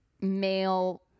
male